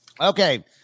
Okay